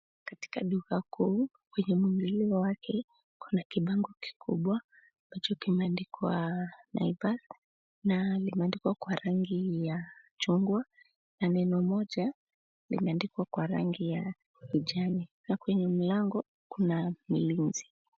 Katika duka kuu, kwenye muingilio wake, kuna kibango kikubwa ambacho kimeandikwa, Naivas, na limeandikwa kwa rangi ya chungwa, na neno moja limeandikwa kwa rangi ya kijani, na kwenye mlango, kuna mlinzi.